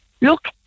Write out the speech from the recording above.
Look